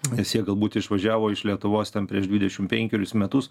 nes jie galbūt išvažiavo iš lietuvos ten prieš dvidešim penkerius metus